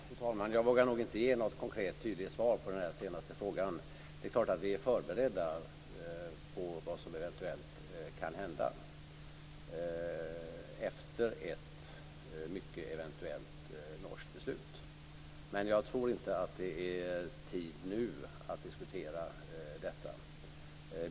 Fru talman! Jag vågar nog inte ge något konkret tydligt svar på den senaste frågan. Det är klart att vi är förberedda på vad som eventuellt kan hända efter ett mycket eventuellt norskt beslut, men jag tror inte att det nu är tid att diskutera detta.